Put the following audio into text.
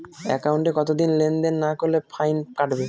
একাউন্টে কতদিন লেনদেন না করলে ফাইন কাটবে?